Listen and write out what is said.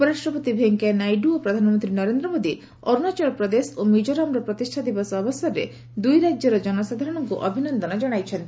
ଉପରାଷ୍ଟ୍ରପତି ଭେଙ୍କିୟାନାଇଡ଼ୁ ଓ ପ୍ରଧାନମନ୍ତ୍ରୀ ନରେନ୍ଦ୍ର ମୋଦି ଅରୁଣାଚଳପ୍ରଦେଶ ଓ ମିକୋରାମର ପ୍ତିଷ୍ଠା ଦିବସ ଅବସରରେ ଦୁଇ ରାଜ୍ୟର ଜନସାଧାରଣଙ୍କୁ ଅଭିନନ୍ଦନ ଜଣାଇଛନ୍ତି